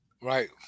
right